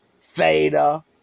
theta